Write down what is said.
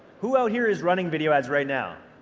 who out here is running video ads right now?